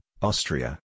Austria